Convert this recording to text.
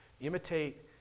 imitate